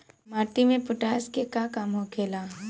माटी में पोटाश के का काम होखेला?